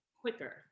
quicker